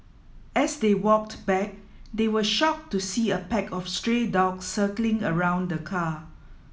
as they walked back they were shocked to see a pack of stray dogs circling around the car